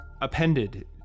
appended